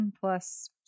plus